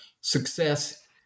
success